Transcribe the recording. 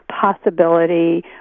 possibility